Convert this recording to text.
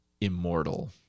immortal